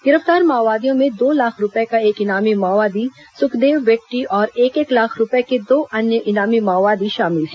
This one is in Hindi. गिरफ्तार माओवादियों में दो लाख रूपए का एक इनामी माओवादी सुखदेव वेट्टी और एक एक लाख रूपए के दो अन्य इनामी माओवादी शामिल हैं